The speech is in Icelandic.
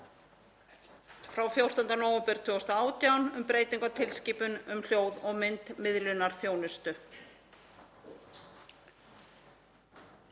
frá 14. nóvember 2018 um breytingu á tilskipun um hljóð- og myndmiðlunarþjónustu.